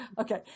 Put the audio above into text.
Okay